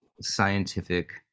scientific